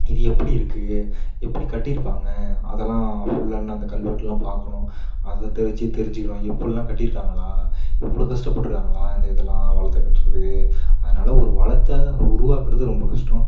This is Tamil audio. இது எப்படி இருக்கு எப்படி கட்டி இருப்பாங்க அதெல்லாம் ஃபுல்லாக இன்னும் அந்த கல்வெட்டு எல்லாம் பார்க்கணும் அதை தெரிச்சி தெரிஞ்சிக்கணும் எப்பிடில்லாம் கட்டி இருக்காங்களா இவ்வளோ கஷ்டப்பட்டுருக்காங்களா இந்த இதெலாம் வளத்தை கட்டுறதுக்கு அதனால ஒரு வளத்தை உருவாக்கறது ரொம்ப கஷ்டம்